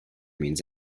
means